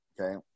okay